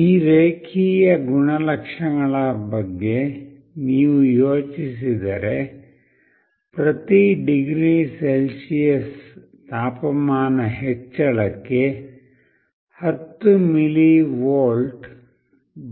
ಈ ರೇಖೀಯ ಗುಣಲಕ್ಷಣಗಳ ಬಗ್ಗೆ ನೀವು ಯೋಚಿಸಿದರೆ ಪ್ರತಿ ಡಿಗ್ರಿ ಸೆಲ್ಸಿಯಸ್ ತಾಪಮಾನ ಹೆಚ್ಚಳಕ್ಕೆ 10ಮಿಲಿವೋಲ್ಟ್